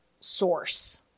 source